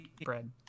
bread